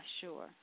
sure